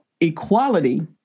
equality